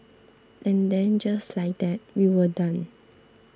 and then just like that we were done